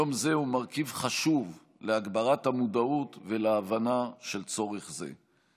יום זה הוא מרכיב חשוב בהגברת המודעות ובהבנה של צורך זה.